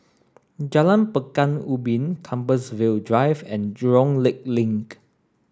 Jalan Pekan Ubin Compassvale Drive and Jurong Lake Link